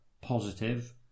positive